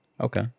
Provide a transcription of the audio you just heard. Okay